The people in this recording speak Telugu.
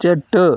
చెట్టు